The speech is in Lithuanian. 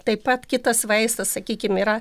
taip pat kitas vaistas sakykim yra